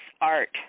art